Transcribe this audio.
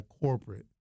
corporate